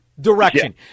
direction